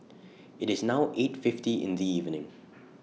IT IS now eight fifty in The evening